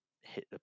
hit